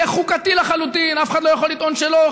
זה חוקתי לחלוטין, אף אחד לא יכול לטעון שלא.